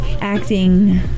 acting